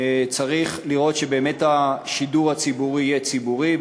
צריך לראות שבאמת השידור הציבורי יהיה ציבורי,